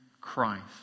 Christ